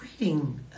reading